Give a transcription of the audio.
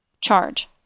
Charge